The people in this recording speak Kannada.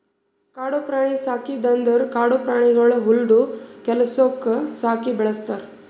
ಕಾಡು ಪ್ರಾಣಿ ಸಾಕದ್ ಅಂದುರ್ ಕಾಡು ಪ್ರಾಣಿಗೊಳಿಗ್ ಹೊಲ್ದು ಕೆಲಸುಕ್ ಸಾಕಿ ಬೆಳುಸ್ತಾರ್